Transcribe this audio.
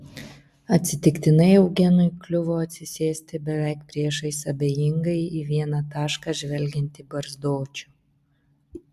atsitiktinai eugenui kliuvo atsisėsti beveik priešais abejingai į vieną tašką žvelgiantį barzdočių